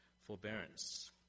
forbearance